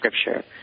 scripture